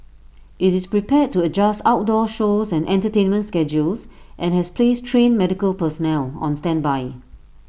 IT is prepared to adjust outdoor shows and entertainment schedules and has placed trained medical personnel on standby